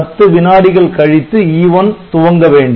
10 வினாடிகள் கழித்து E1 துவங்க வேண்டும்